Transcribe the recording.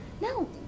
No